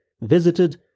visited